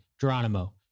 Geronimo